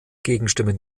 gegenstimme